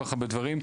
בכל כך הרבה דברים.